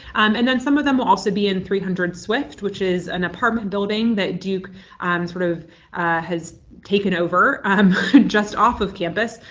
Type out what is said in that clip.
um and then some of them will also be in three hundred swift, which is an apartment building that duke um sort of has taken over um just off of campus.